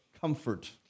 comfort